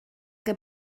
que